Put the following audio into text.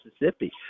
Mississippi